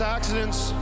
accidents